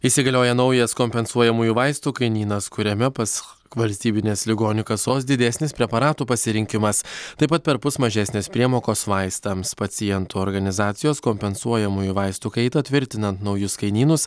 įsigalioja naujas kompensuojamųjų vaistų kainynas kuriame pas valstybinės ligonių kasos didesnis preparatų pasirinkimas taip pat perpus mažesnės priemokos vaistams pacientų organizacijos kompensuojamųjų vaistų kaitą tvirtinant naujus kainynus